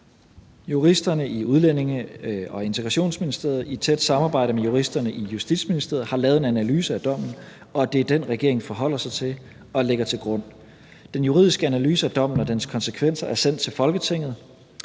juristerne i Udlændinge- og Integrationsministeriet i et tæt samarbejde med juristerne i Justitsministeriet har lavet en analyse af dommen, og det er den, regeringen forholder sig til og lægger til grund. Den juridiske analyse af dommen og dens konsekvenser er sendt til Folketinget